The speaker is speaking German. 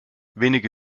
wenige